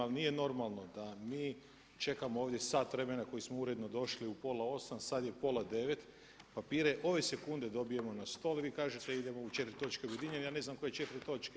Ali nije normalno da mi čekamo ovdje sat vremena koji smo uredno došli u pola 8, sada je pola 9, papire ove sekunde dobijemo na stol i vi kažete idemo u 4 točke objedinjene, ja ne znam koje četiri točke.